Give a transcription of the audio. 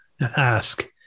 ask